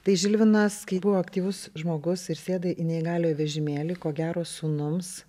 tai žilvinas kai buvo aktyvus žmogus ir sėdai į neįgaliojo vežimėlį ko gero sūnums